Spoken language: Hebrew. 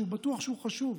שבטוח שהוא חשוב,